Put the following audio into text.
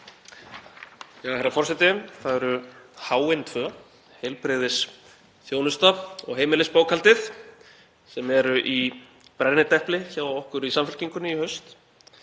Herra forseti. Það eru h-in tvö; heilbrigðisþjónusta og heimilisbókhaldið, sem eru í brennidepli hjá okkur í Samfylkingunni í haust.